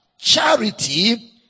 charity